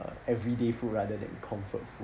uh everyday food rather than comfort food